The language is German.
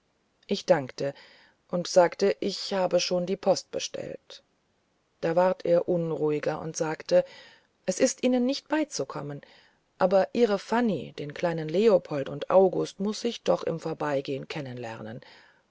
ich dankte und sagte ich habe schon post bestellt da ward er unruhiger und sagte es ist ihnen nicht beizukommen aber ihre fanny den kleinen leopold und august muß ich doch im vorbeigehen